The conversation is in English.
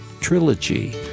Trilogy